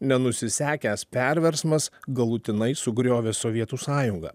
nenusisekęs perversmas galutinai sugriovė sovietų sąjungą